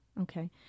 Okay